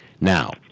Now